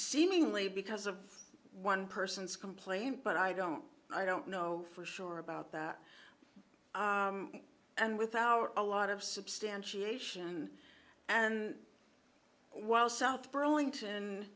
seemingly because of one person's complaint but i don't i don't know for sure about that and without a lot of substantiation and while south burlington